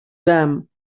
them